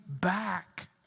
back